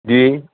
ਜੀ